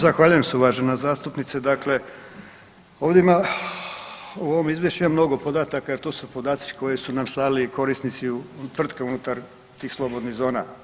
Zahvaljujem se uvažena zastupnice, dakle ovdje ima, u ovom izvješću ima mnogo podataka jer to su podaci koje su nam slali korisnici, tvrtke unutar tih slobodnih zona.